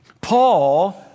Paul